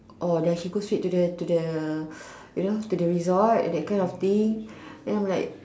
or does she go straight to the to the you know to the resort that kind of thing then I'm like